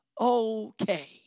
okay